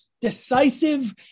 decisive